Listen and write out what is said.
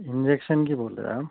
injection کی بول رہے ہیں آپ